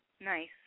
Nice